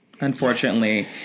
unfortunately